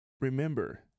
Remember